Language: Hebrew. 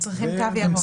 הם צריכים תו ירוק.